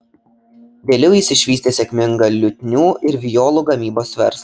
vėliau jis išvystė sėkmingą liutnių ir violų gamybos verslą